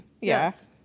Yes